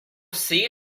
see